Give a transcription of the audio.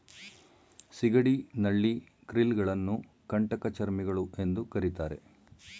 ಸಿಗಡಿ, ನಳ್ಳಿ, ಕ್ರಿಲ್ ಗಳನ್ನು ಕಂಟಕಚರ್ಮಿಗಳು ಎಂದು ಕರಿತಾರೆ